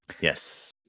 Yes